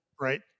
Right